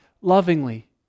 lovingly